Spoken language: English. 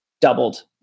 doubled